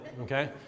okay